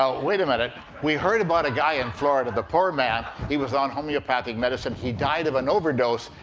ah wait a minute, we heard about a guy in florida. the poor man, he was on homeopathic medicine. he died of an overdose.